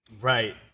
Right